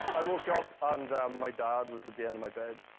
i woke up and my dad was at the end of my bed